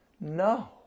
No